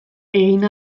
egin